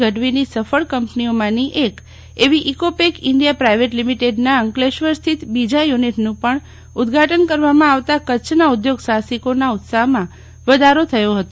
ગઢવીની સફળ કંપનીઓમાની એક એવી ઈકોપેક ઈન્ડીયા પ્રાઈવેટ લિમિટેડના અંકલેશ્વર સ્થિત બીજા યુનિટનું પણ ઉધઘાટન કરવામાં આવતા કચ્છના ઉધોગ સાહસિકોના ઉત્સાહમાં વધારો થયો હતો